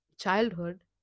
childhood